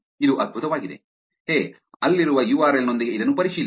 ಇದು ಅದ್ಭುತವಾಗಿದೆ ಹೇ ಅಲ್ಲಿರುವ ಯು ಆರ್ ಎಲ್ ನೊಂದಿಗೆ ಇದನ್ನು ಪರಿಶೀಲಿಸಿ